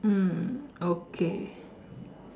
mm okay